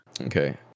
Okay